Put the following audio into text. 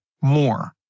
more